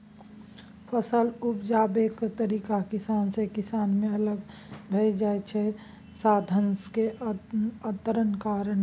फसल उपजेबाक तरीका किसान सँ किसान मे अलग भए जाइ छै साधंश मे अंतरक कारणेँ